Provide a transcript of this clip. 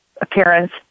appearance